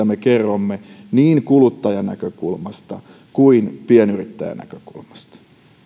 me kerromme niin kuluttajanäkökulmasta kuin pienyrittäjänäkökulmasta